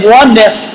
oneness